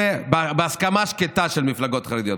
בהסכמה שקטה של מפלגות חרדיות,